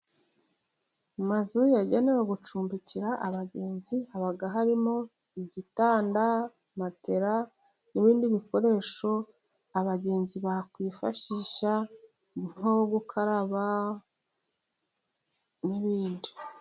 Amazu yagenewe gucumbikira abagenzi haba harimo igitanda ,matela n'ibindi bikoresho abagenzi bakwifashisha mu gukaraba n'ibindi.